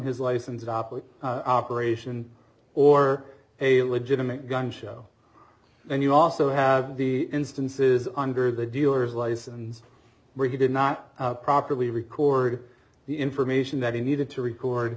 his license to operate operation or a legitimate gun show and you also have the instances under the dealers lies and where he did not properly record the information that he needed to record